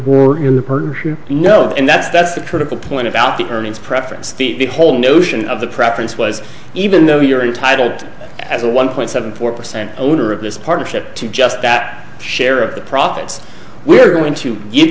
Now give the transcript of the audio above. for in the persian know and that's that's the critical point about the earnings preference the whole notion of the preference was even though you're entitled to as a one point seven four percent owner of this partnership to just that share of the profits we're going to give